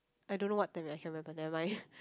I don't know what time I can't remember nevermind